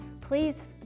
Please